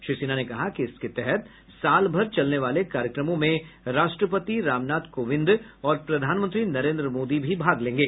श्री सिन्हा ने कहा कि इसके तहत साल भर चलने वाले कार्यक्रमों में राष्ट्रपति रामनाथ कोविंद और प्रधानमंत्री नरेन्द्र मोदी भी भाग लेंगे